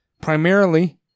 primarily